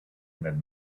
that